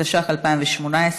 התשע"ח 2018,